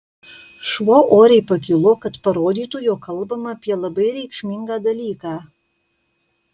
šuo oriai pakilo kad parodytų jog kalbama apie labai reikšmingą dalyką